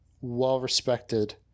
well-respected